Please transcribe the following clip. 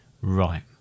Right